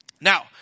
Now